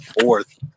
fourth